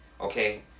okay